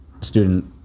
student